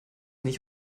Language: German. nicht